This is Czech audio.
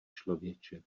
člověče